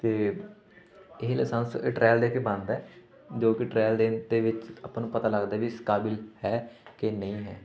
ਅਤੇ ਇਹ ਲਸੈਂਸ ਇਹ ਟਰੈਲ ਦੇ ਕੇ ਬਣਦਾ ਜੋ ਕਿ ਟਰੈਲ ਦੇਣ ਦੇ ਵਿੱਚ ਆਪਾਂ ਨੂੰ ਪਤਾ ਲੱਗਦਾ ਵੀ ਇਸ ਕਾਬਿਲ ਹੈ ਕਿ ਨਹੀਂ ਹੈ